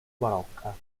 barocca